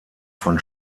von